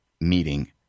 meeting